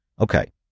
Okay